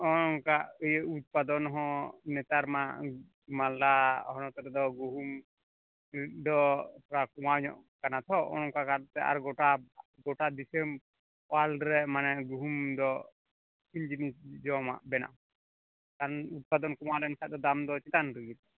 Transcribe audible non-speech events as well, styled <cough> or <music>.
ᱦᱚᱸᱼᱚᱜ ᱱᱚᱝᱠᱟ ᱤᱭᱟᱹ ᱩᱫᱯᱟᱫᱚᱱ ᱦᱚᱸ ᱱᱮᱛᱟᱨ ᱢᱟ ᱢᱟᱞᱫᱟ ᱦᱚᱱᱚᱛ ᱨᱮᱫᱚ ᱜᱩᱦᱩᱢ ᱫᱚ ᱛᱷᱚᱲᱟ ᱠᱚᱢᱟᱣ ᱧᱚᱜ ᱠᱟᱱᱟ ᱛᱚ ᱚᱱᱮ ᱚᱱᱠᱟ ᱠᱟᱛᱮᱫ ᱟᱨ ᱜᱚᱴᱟ ᱜᱚᱴᱟ ᱫᱤᱥᱚᱢ ᱣᱭᱟᱞᱨᱰ ᱨᱮ ᱢᱟᱱᱮ ᱜᱩᱦᱩᱢ ᱫᱚ <unintelligible> ᱡᱚᱢᱟᱜ ᱵᱮᱱᱟᱜ ᱠᱟᱱ ᱩᱫᱯᱟᱫᱚᱱ ᱠᱚᱢᱟᱣ ᱞᱮᱱ ᱠᱷᱟᱱ ᱫᱚ ᱫᱟᱢ ᱫᱚ ᱪᱮᱛᱟᱱ ᱨᱮᱜᱮ